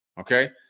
Okay